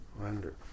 Wonder